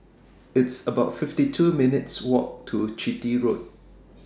It's about fifty two minutes' Walk to Chitty Road